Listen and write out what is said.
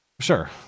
Sure